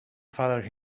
father